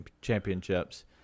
championships